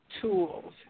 tools